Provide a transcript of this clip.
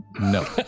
No